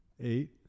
Eight